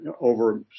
over